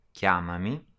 Chiamami